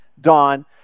Don